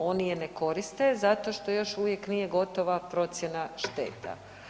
Oni je ne koriste zato što još uvijek nije gotova procjena šteta.